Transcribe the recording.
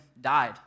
died